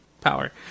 power